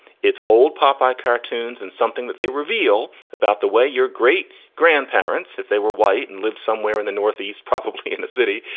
it's old popeye cartoons and something that they reveal about the way your great grandparents, if they were white and lived somewhere in the northeast, probably in the city,